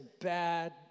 bad